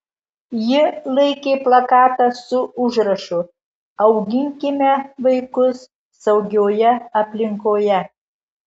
ji laikė plakatą su užrašu auginkime vaikus saugioje aplinkoje